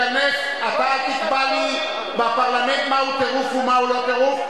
ציונות היא לא מלה גסה, גם כשמדברים על כלכלה.